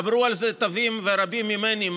עברו על זה טובים ורבים ממני,